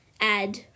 add